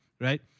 Right